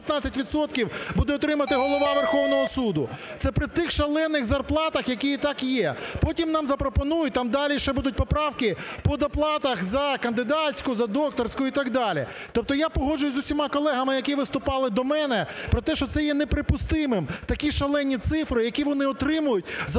відсотків буде отримувати голова Верховного Суду. Це при тих шалених зарплатах, які і так є. Потім нам запропонують, там далі ще будуть поправки по доплатах за кандидатську, за докторську і так далі. Тобто я погоджуюся з усіма колегами, які виступали до мене, про те, що це є неприпустимим такі шалені цифри, які вони отримують за